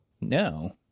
no